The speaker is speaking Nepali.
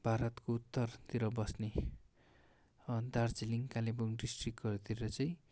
भारतको उत्तरतिर बस्ने अनि दार्जिलिङ कालिम्पोङ डिस्ट्रिकहरूतिर चाहिँ